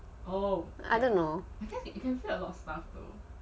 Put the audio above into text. I don't know